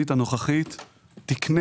למערכת החינוך ותחומי האחריות שהוא עלול לקבל.